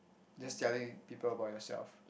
just telling people about yourself